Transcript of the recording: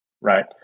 right